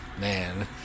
man